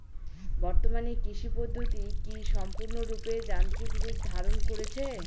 বর্তমানে কৃষি পদ্ধতি কি সম্পূর্ণরূপে যান্ত্রিক রূপ ধারণ করেছে?